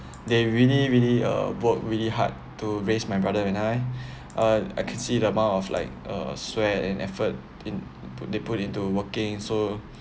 they really really uh worked really hard to raise my brother and I uh I can see the amount of like uh sweat and effort in they put into working so